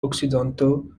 occidentaux